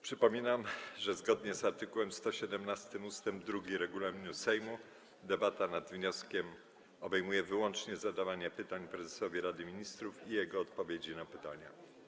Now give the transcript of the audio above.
Przypominam, że zgodnie z art. 117 ust. 2 regulaminu Sejmu debata nad wnioskiem obejmuje wyłącznie zadawanie pytań prezesowi Rady Ministrów i jego odpowiedzi na pytania.